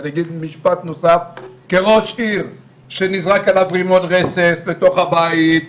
אני אגיד משפט נוסף: כראש עיר שנזרק עליו רימון רסס לתוך הבית,